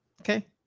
Okay